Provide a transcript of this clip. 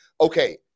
Okay